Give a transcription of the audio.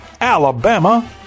Alabama